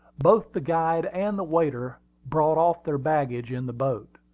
both the guide and the waiter brought off their baggage in the boat.